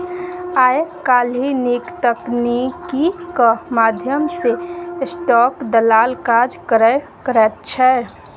आय काल्हि नीक तकनीकीक माध्यम सँ स्टाक दलाल काज करल करैत छै